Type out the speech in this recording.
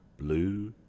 blue